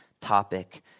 topic